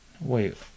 wait